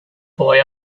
boy